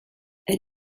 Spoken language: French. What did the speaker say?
elle